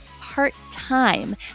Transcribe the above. part-time